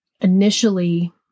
initially